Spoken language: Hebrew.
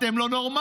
אתם לא נורמליים.